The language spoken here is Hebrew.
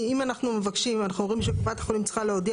אם אנחנו אומרים שקופת חולים צריכה להודיע